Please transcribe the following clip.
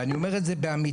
ואני אומר את זה באמיתי.